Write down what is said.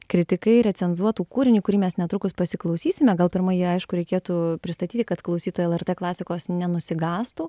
kritikai recenzuotų kūrinį kurį mes netrukus pasiklausysime gal pirma jį aišku reikėtų pristatyti kad klausytai lrt klasikos nenusigąstų